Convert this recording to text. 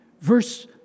Verse